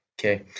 Okay